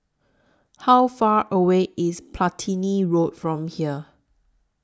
How Far away IS Platina Road from here